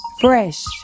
Fresh